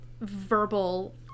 verbal